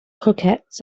croquettes